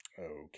Okay